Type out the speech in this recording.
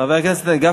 חבר הכנסת גפני,